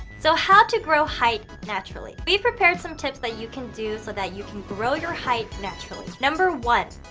so how to grow height naturally. we prepared some tips that you can do so that you can grow your height naturally. number one,